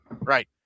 Right